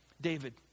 david